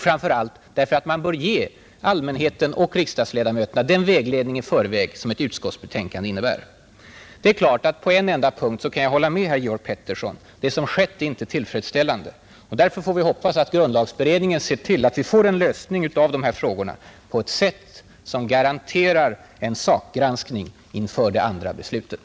För det tredje bör allmänheten och riksdagens ledamöter få den vägledning i förväg som ett utskottsbetänkande ger. På en punkt kan jag dock hålla med herr Pettersson i Visby; det som skett är inte tillfredsställande. Därför får vi nu hoppas att grundlagberedningen ser till att de här frågorna blir lösta på ett sätt som garanterar en sakgranskning inför det andra beslutet.